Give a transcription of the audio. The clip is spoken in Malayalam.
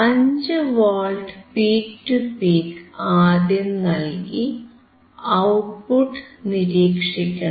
5 വോൾട്ട് പീക് ടു പീക് ആദ്യം നൽകി ഔട്ട്പുട്ട് നിരീക്ഷിക്കണം